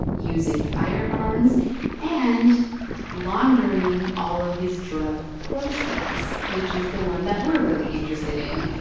using firearms and laundering all of his drug proceeds, which is the one that we're really interested in.